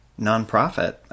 nonprofit